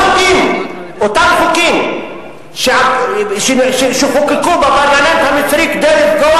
אותם חוקים שחוקקו בפרלמנט המצרי כדי לפגוע